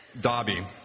dobby